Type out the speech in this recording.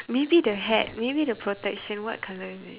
maybe the hat maybe the protection what colour is it